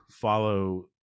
follow